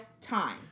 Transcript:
time